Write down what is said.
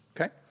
Okay